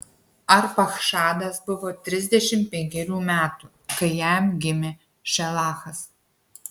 arpachšadas buvo trisdešimt penkerių metų kai jam gimė šelachas